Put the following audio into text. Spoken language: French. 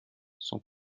son